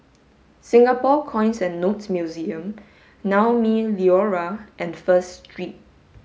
Singapore Coins and Notes Museum Naumi Liora and First Street